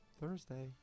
Thursday